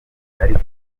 ariko